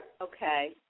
Okay